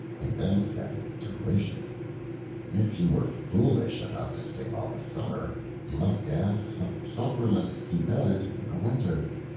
they then said in derision if you were foolish enough to sing all the summer, you must dance supperless to bed in the winter.